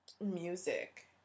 music